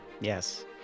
Yes